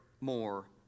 more